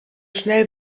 schnell